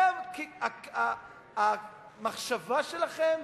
זה המחשבה שלכם?